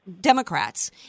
Democrats